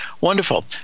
wonderful